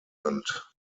genannt